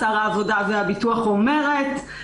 "שר העבודה והביטוח אומרת".